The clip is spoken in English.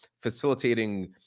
facilitating